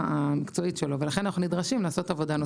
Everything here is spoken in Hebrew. המקצועית שלו ולכן אנחנו נדרשים לעשות עבודה נוספת.